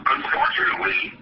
Unfortunately